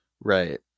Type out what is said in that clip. Right